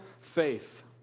faith